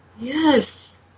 Yes